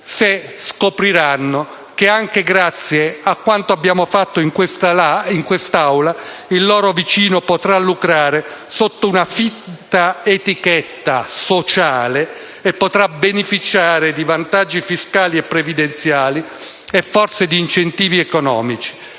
essi scopriranno che, anche grazie a quanto abbiamo fatto in quest'Aula, il loro vicino potrà lucrare sotto una finta etichetta sociale e potrà beneficiare di vantaggi fiscali e previdenziali, forse di incentivi economici,